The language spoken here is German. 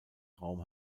raum